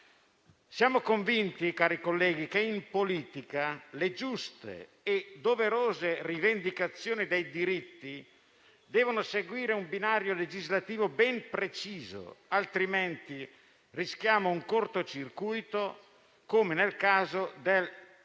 Siamo convinti, cari colleghi, che in politica le giuste e doverose rivendicazioni dei diritti debbano seguire un binario legislativo ben preciso, altrimenti rischiamo un cortocircuito, come nel caso del